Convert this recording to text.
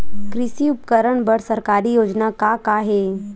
कृषि उपकरण बर सरकारी योजना का का हे?